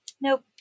nope